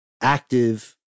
active